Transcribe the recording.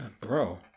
bro